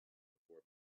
before